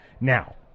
Now